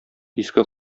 иске